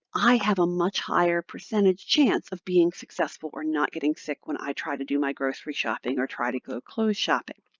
i have a much higher percentage chance of being successful or not getting sick when i try to do my grocery shopping or try to go clothes shopping.